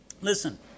Listen